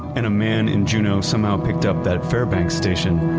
and a man in juno somehow picked up that fairbanks station,